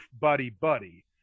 buddy-buddy